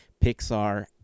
Pixar